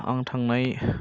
आं थांनाय